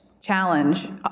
challenge